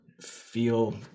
feel